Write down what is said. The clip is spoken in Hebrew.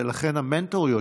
ולכן המנטוריות,